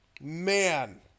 man